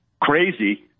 Crazy